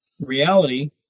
reality